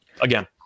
Again